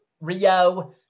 Rio